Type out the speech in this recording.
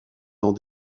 dans